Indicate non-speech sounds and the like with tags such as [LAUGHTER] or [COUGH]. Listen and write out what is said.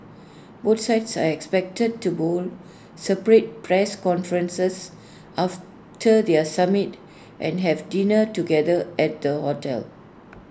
both sides are expected to hold separate press conferences after their summit and have dinner together at the hotel [NOISE]